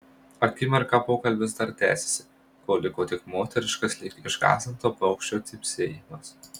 akimirką pokalbis dar tęsėsi kol liko tik moteriškas lyg išgąsdinto paukščio cypsėjimas